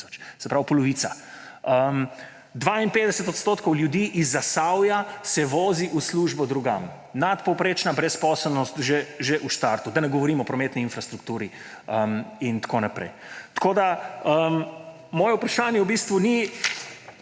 se pravi polovica. 52 % ljudi iz Zasavja se vozi v službo drugam, nadpovprečna brezposelnost že v štartu, da ne govorim o prometni infrastrukturi in tako naprej. Moje vprašanje v bistvu ni,